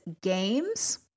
games